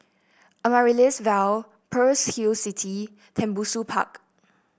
Amaryllis Ville Pearl's Hill City Tembusu Park